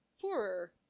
poorer